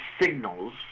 signals